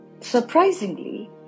Surprisingly